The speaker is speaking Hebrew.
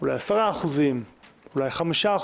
אולי 10%, אולי 5%,